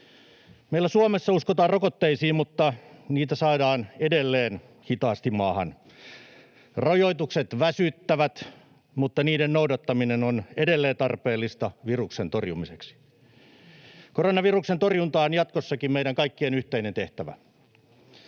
Meillä Suomessa uskotaan rokotteisiin, mutta niitä saadaan edelleen hitaasti maahan. Rajoitukset väsyttävät, mutta niiden noudattaminen on edelleen tarpeellista viruksen torjumiseksi. Koronaviruksen torjunta on jatkossakin meidän kaikkien yhteinen tehtävämme.